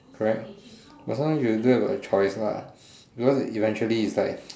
correct but sometimes you don't have a choice lah because eventually it's like